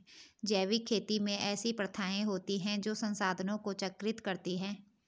जैविक खेती में ऐसी प्रथाएँ होती हैं जो संसाधनों को चक्रित करती हैं